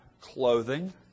clothing